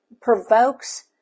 provokes